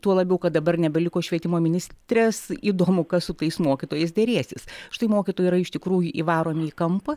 tuo labiau kad dabar nebeliko švietimo ministrės įdomu kas su tais mokytojais derėsis štai mokytojai yra iš tikrųjų įvaromi į kampą